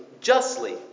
justly